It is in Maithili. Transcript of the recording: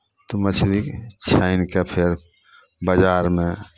तऽ मछली छानि कऽ फेर बाजारमे